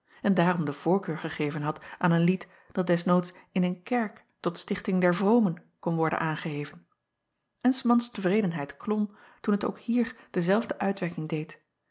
en daarom de voorkeur gegeven had aan een lied dat des noods in een kerk tot stichting der acob van ennep laasje evenster delen vromen kon worden aangeheven en s mans tevredenheid klom toen het ook hier dezelfde uitwerking deed